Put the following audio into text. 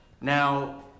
Now